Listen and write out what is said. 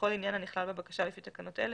בכל עניין הנכלל בבקשה לפי תקנות אלה,